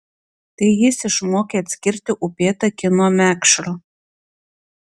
tai jis išmokė atskirti upėtakį nuo mekšro